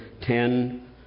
ten